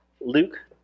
Luke